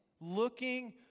looking